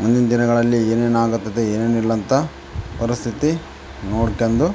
ಮುಂದಿನ ದಿನಗಳಲ್ಲಿ ಏನೇನು ಆಗತ್ತತೆ ಏನೇನಿಲ್ಲಂತ ಪರಿಸ್ಥಿತಿ ನೋಡ್ಕೊಂಡು